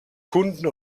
kunden